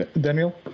Daniel